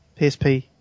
PSP